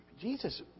Jesus